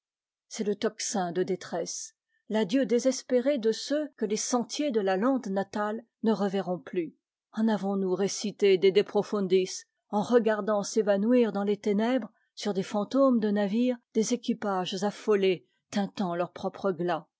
c'est le tocsin de détresse l adieu désespéré de ceux que les sentiers de la lande natale ne reverront plus en avons-nous récité des de profundis en regardant s'évanouir dans les ténèbres sur des fantômes de navires des équipages affolés tintant leur propre glas